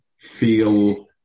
feel